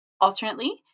Alternately